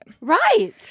Right